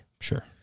Sure